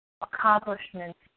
accomplishments